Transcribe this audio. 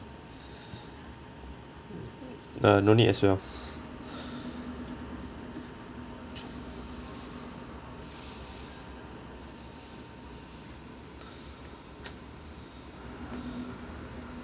uh no need as well